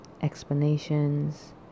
explanations